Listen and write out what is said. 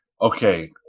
Okay